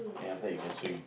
then after that you can swim